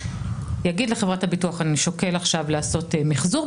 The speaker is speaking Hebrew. יגיד לחברת הביטוח: אני שוקל עכשיו לעשות מחזור,